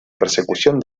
persecución